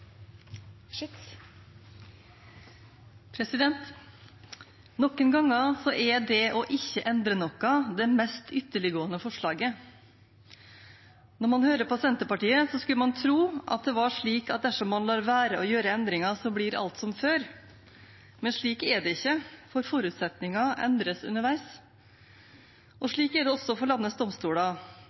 det å ikke endre noe det mest ytterliggående forslaget. Når man hører på Senterpartiet, skulle man tro det var slik at dersom man lar være å gjøre endringer, blir alt som før. Men slik er det ikke, for forutsetningene endres underveis. Slik er det også for landets domstoler.